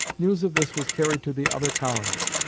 news of this was carried to the other colonies.